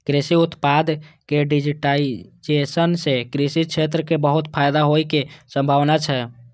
कृषि उत्पाद के डिजिटाइजेशन सं कृषि क्षेत्र कें बहुत फायदा होइ के संभावना छै